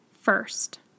First